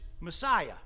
Messiah